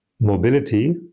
mobility